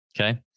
Okay